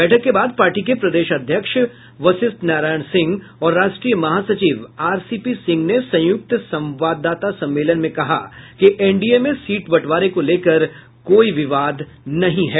बैठक के बाद पार्टी के प्रदेश अध्यक्ष वशिष्ठ नारायण सिंह और राष्ट्रीय महासचिव आरसीपी सिंह ने संयुक्त संवाददाता सम्मेलन में कहा कि एनडीए में सीट बंटवारे को लेकर कोई विवाद नहीं है